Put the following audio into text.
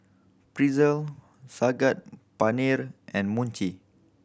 Pretzel Saag Paneer and Mochi